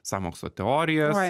sąmokslo teorijas